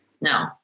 No